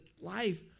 life